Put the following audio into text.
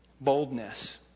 Boldness